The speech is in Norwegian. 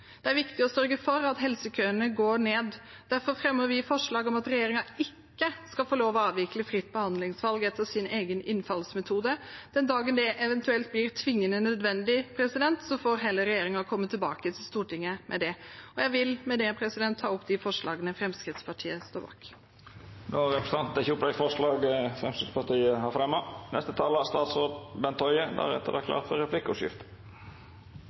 Det er viktig å sørge for at helsekøene går ned. Derfor fremmer vi forslag om at regjeringen ikke skal få lov til å avvikle fritt behandlingsvalg etter sin egen innfallsmetode. Den dagen det eventuelt blir tvingende nødvendig, får regjeringen heller komme tilbake til Stortinget med det. Jeg vil med det ta opp det forslaget Fremskrittspartiet står bak. Då har representanten Åshild Bruun-Gundersen teke opp det forslaget Framstegspartiet har fremja. Vi er